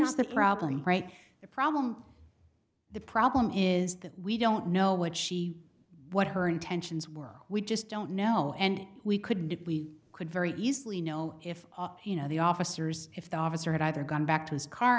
here's the problem right the problem the problem is that we don't know what she what her intentions were we just don't know and we couldn't if we could very easily know if you know the officers if the officer had either gone back to his car